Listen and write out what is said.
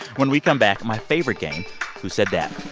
when we come back, my favorite game who said that?